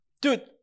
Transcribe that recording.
dude